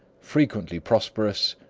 frequently prosperous,